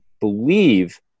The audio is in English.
believe